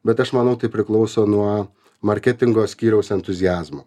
bet aš manau tai priklauso nuo marketingo skyriaus entuziazmo